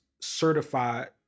certified